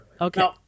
Okay